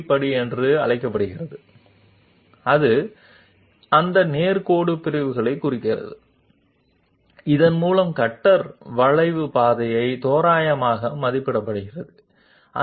కాబట్టి మేము దానిని నివారించలేము కాబట్టి మేము దాని కోసం కొన్ని నామకరణాలను ఉంచుతాము మరియు సర్ఫేస్ పై ఈ అవాంఛనీయ లక్షణాలను తగ్గించగల మార్గాలను గుర్తించాము